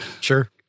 Sure